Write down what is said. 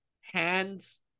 hands